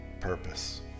purpose